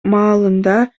маалында